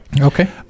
Okay